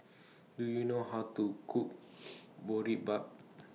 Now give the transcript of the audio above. Do YOU know How to Cook Boribap